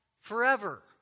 forever